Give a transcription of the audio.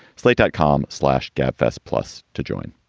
slate dot com slash gabfests plus to join